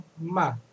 ma